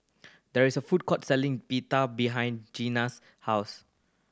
there is a food court selling Pita behind Ginna's house